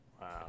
Wow